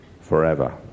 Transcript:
forever